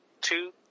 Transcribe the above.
two